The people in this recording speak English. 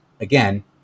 again